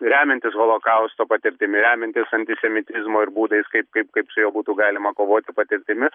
remiantis holokausto patirtimi remiantis antisemitizmo ir būdais kaip kaip kaip su ja būtų galima kovoti patirtimi